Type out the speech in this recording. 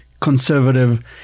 Conservative